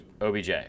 OBJ